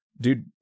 Dude